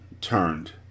turned